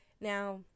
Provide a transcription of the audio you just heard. now